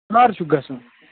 کَر چھُکھ گَژھُن